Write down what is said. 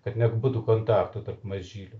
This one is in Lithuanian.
kad nebūtų kontakto tarp mažylių